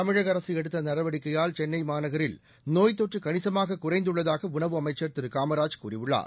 தமிழக அரசு எடுத்த நடவடிக்கையால் சென்னை மாநகரில் நோய்த் தொற்று கணிசமாக குறைந்துள்ளதாக உணவு அமைச்சர் காமராஜ் கூறியுள்ளார்